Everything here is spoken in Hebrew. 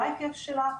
מה ההיקף שלה,